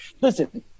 listen